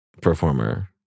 performer